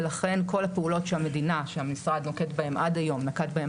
ולכן כל הפעולות שהמדינה והמשרד נקטו ונוקטים